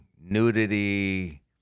nudity